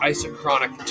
Isochronic